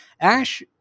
Ash